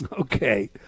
Okay